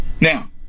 Now